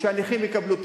שהנכים יקבלו טיפול.